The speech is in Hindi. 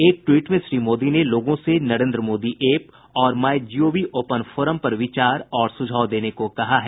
एक ट्वीट में श्री मोदी ने लोगों से नरेन्द्र मोदी ऐप और माई जीओवी ओपन फोरम पर विचार और सुझाव देने को कहा है